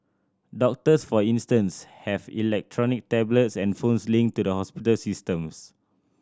doctors for instance have electronic tablets and phones linked to the hospital systems